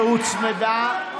שהוצמדה,